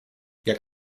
jak